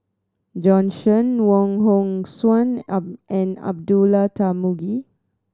Bjorn Shen Wong Hong Suen and Abdullah Tarmugi